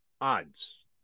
odds